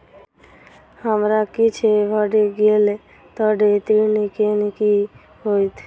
हमरा किछ भऽ गेल तऽ ऋण केँ की होइत?